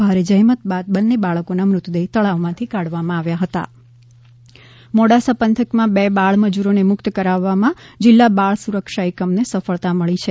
ભારે જેહમત બાદ બંને બાળકોના મૃતદેહ તળાવમાંથી કાઢવામાં આવ્યા હતા મોડાસા બાળ મજૂરો મુક્ત મોડાસા પંથકમાં બે બાળ મજૂરોને મુક્ત કરાવવામાં જિલ્લા બાળ સુરક્ષા એકમને સફળતા મળી છે